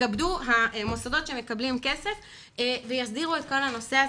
יתכבדו המוסדות שמקבלים כסף ויסדירו את כל הנושא הזה,